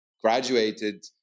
graduated